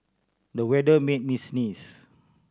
the weather made me sneeze